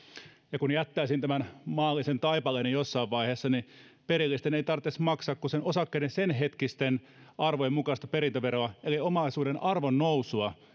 ja kun jättäisin tämän maallisen taipaleeni jossain vaiheessa niin perillisten ei tarvitsisi maksaa kuin sen osakkeiden senhetkisten arvojen mukaista perintöveroa eli omaisuuden arvon nousua